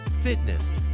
fitness